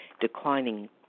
declining